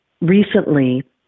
Recently